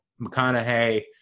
McConaughey